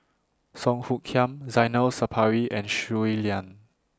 Song Hoot Kiam Zainal Sapari and Shui Lan